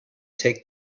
take